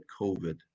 COVID